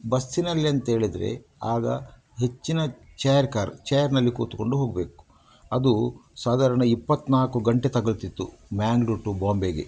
ಬಸ್ಸಿನಲ್ಲಿ ಎಂತ ಹೇಳಿದರೆ ಆಗ ಹೆಚ್ಚಿನ ಚ್ಯೇರ್ ಕಾರು ಚ್ಯೇರ್ನಲ್ಲಿ ಕುತ್ಕೊಂಡು ಹೋಗಬೇಕು ಅದು ಸಾಧಾರಣ ಇಪ್ಪತ್ತ್ನಾಲ್ಕು ಗಂಟೆ ತಗಲ್ತಿತ್ತು ಮ್ಯಾಂಗ್ಳೂರ್ ಟು ಬಾಂಬೆಗೆ